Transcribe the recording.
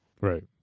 Right